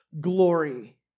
glory